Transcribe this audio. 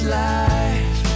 life